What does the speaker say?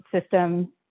system